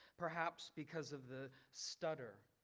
perhaps because of the stutter,